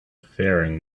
faring